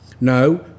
No